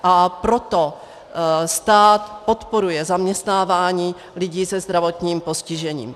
A proto stát podporuje zaměstnávání lidí se zdravotním postižením.